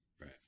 right